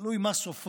תלוי מה סופרים,